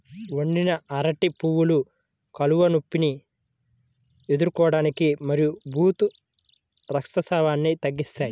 వండిన అరటి పువ్వులు కడుపు నొప్పిని ఎదుర్కోవటానికి మరియు ఋతు రక్తస్రావాన్ని తగ్గిస్తాయి